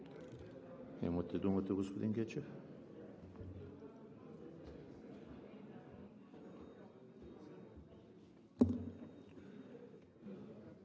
Имате думата, господин Гечев.